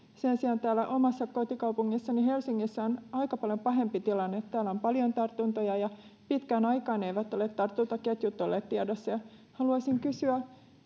sen sijaan täällä omassa kotikaupungissani helsingissä on aika paljon pahempi tilanne täällä on paljon tartuntoja ja pitkään aikaan eivät ole tartuntaketjut olleet tiedossa haluaisin kysyä